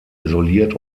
isoliert